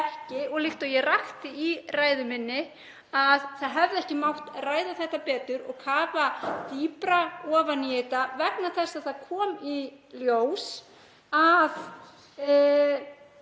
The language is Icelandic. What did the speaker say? líkt og ég rakti í ræðu minni, að það hefði ekki mátt ræða þetta betur og kafa dýpra ofan í þetta vegna þess að það kom í ljós að